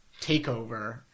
takeover